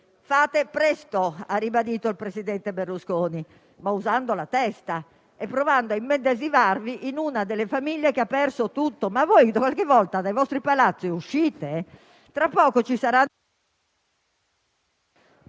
Fate presto, ha ribadito il presidente Berlusconi, ma usando la testa e provando a immedesimarvi in una delle famiglie che ha perso tutto. Ma voi, qualche volta, dai vostri Palazzi uscite? *(Il microfono